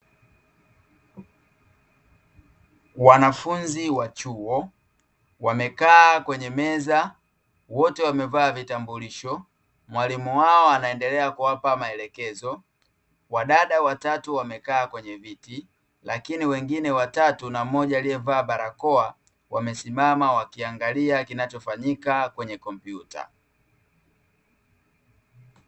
Wanafunzi wa chuo, wamekaa kwenye meza, wote wamevaa vitambulisho, mwalimu wao anaendelea kuwapa maelekezo, wadada watatu wamekaa kwenye viti lakini wengine watatu na mmoja aliyevaa barakoa, wamesimama wakiangalia kinachofanyika kwenye kompyuta.